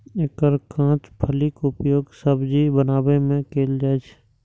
एकर कांच फलीक उपयोग सब्जी बनबै मे कैल जाइ छै